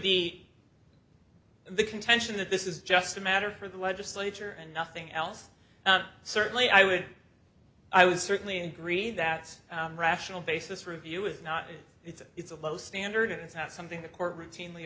be the contention that this is just a matter for the legislature and nothing else certainly i would i was certainly agree that rational basis review is not it's a it's a low standard it's not something the court routinely